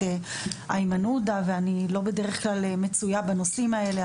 איימן עודה ואני בדרך כלל לא מצויה בנושאים האלה,